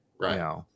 Right